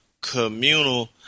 communal